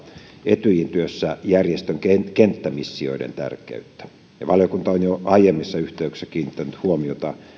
etyjin työssä järjestön kenttämissioiden tärkeyttä valiokunta on jo aiemmissa yhteyksissä kiinnittänyt huomiota